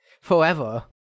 forever